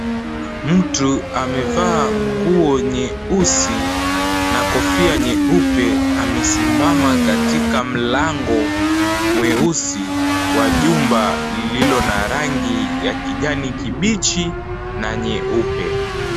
Mtu amevaa nguo kwenye nyeusi na kofia nyeupe, amesimama katika mlango mweusi wa jumba lililo na rangi ya kijani kibichi na nyeupe.